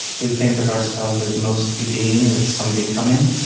we think of ourselves as mostly being with some becoming.